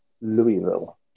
Louisville